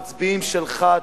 המצביעים שלך,